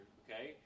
okay